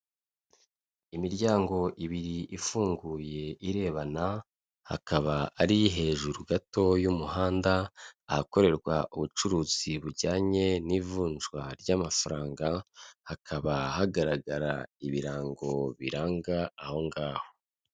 Imiryango ibiri ifunguye irebana, hakaba hari iri hejuru gato y'umuhanda, ahakorerwa ubucuruzi bujyanye n'ivunjwa ry'amafaranga, hakaba hagaragara ibirango biranga aho ngaho.